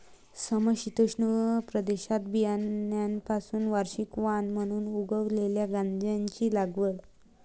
समशीतोष्ण प्रदेशात बियाण्यांपासून वार्षिक वाण म्हणून उगवलेल्या गांजाची लागवड